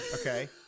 Okay